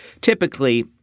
Typically